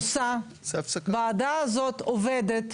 עמוסה, הוועדה הזאת עובדת.